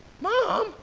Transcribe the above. Mom